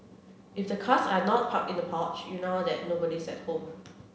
if the cars are not parked in the porch you know that nobody's at home